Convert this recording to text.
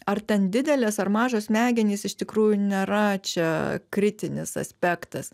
ar ten didelės ar mažos smegenys iš tikrųjų nėra čia kritinis aspektas